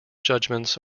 judgments